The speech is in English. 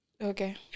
Okay